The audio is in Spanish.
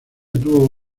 tuvo